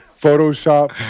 Photoshop